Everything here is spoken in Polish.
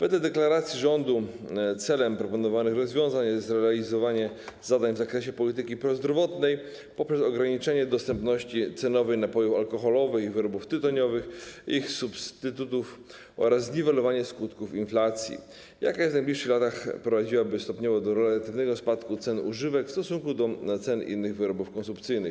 Wedle deklaracji rządu celem proponowanych rozwiązań jest realizowanie zadań w zakresie polityki prozdrowotnej poprzez ograniczanie dostępności cenowej napojów alkoholowych i wyrobów tytoniowych i ich substytutów oraz zniwelowanie skutków inflacji, jaka w najbliższych latach prowadziłaby stopniowo do relatywnego spadku cen używek w stosunku do cen innych wyrobów konsumpcyjnych.